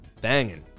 banging